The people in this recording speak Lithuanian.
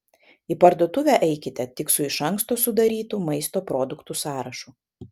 į parduotuvę eikite tik su iš anksto sudarytu maisto produktų sąrašu